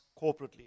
corporately